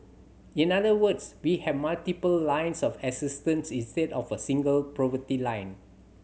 in other words we have multiple lines of assistance instead of a single poverty line